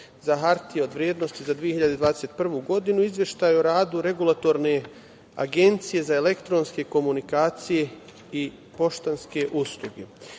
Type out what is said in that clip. za hartije od vrednosti za 2021. godinu, izveštaj o radu Regulatorne agencije za elektronske komunikacije i poštanske usluge. Što